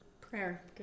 Prayer